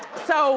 so